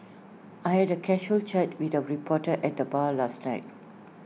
I had A casual chat with A reporter at the bar last night